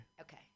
Okay